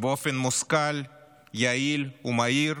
באופן מושכל יעיל ומהיר